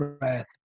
breath